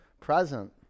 Present